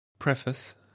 Preface